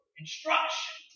instruction